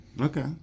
Okay